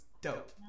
dope